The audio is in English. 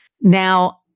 Now